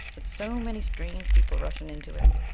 with so many strange people rushing into it.